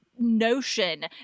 notion